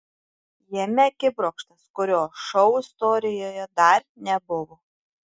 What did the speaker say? jame akibrokštas kurio šou istorijoje dar nebuvo